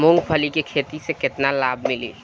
मूँगफली के खेती से केतना लाभ मिली?